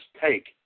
take